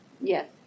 Yes